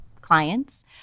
clients